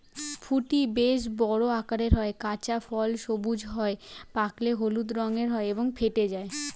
ফুটি বেশ বড় আকারের হয়, কাঁচা ফল সবুজ হয়, পাকলে হলুদ রঙের হয় এবং ফেটে যায়